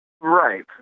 Right